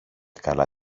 καλά